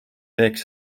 teeks